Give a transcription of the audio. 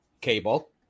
Cable